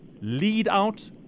Lead-Out